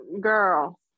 Girl